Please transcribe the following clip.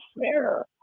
fair